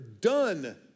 done